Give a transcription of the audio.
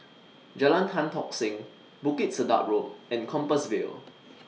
Jalan Tan Tock Seng Bukit Sedap Road and Compassvale